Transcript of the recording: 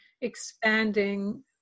expanding